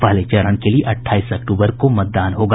पहले चरण के लिये अठाईस अक्तूबर को मतदान होगा